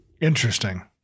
Interesting